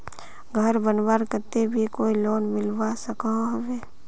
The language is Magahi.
घोर बनवार केते भी कोई लोन मिलवा सकोहो होबे?